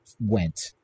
went